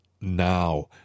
now